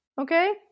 okay